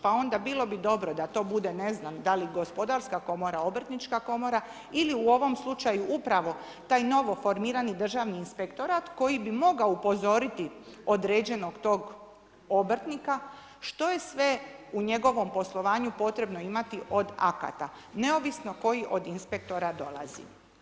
Pa onda bilo bi dobro da to bude ne znam da li gospodarska komora, obrtnička komora, ili u ovom slučaju upravo taj novoformirani državni inspektora koji bi mogao upozoriti određenog tog obrtnika što je sve u njegovom poslovanju potrebno imati od akata, neovisno koji od inspektora dolazi.